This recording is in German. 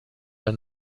der